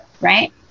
Right